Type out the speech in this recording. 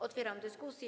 Otwieram dyskusję.